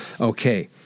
okay